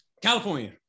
California